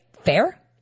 fair